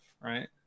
right